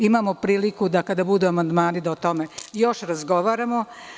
Imamo priliku kada budu amandmani da o tome još razgovaramo.